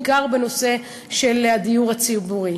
בעיקר בנושא של הדיור הציבורי.